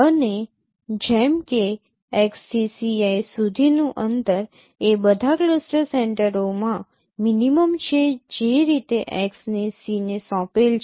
અને જેમ કે x થી Ci સુધીનું અંતર એ બધા ક્લસ્ટર સેન્ટરોમાં મિનિમમ છે જે રીતે X ને C ને સોંપેલ છે